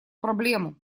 проблему